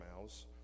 mouths